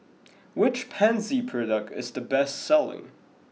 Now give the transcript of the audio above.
which Pansy product is the best selling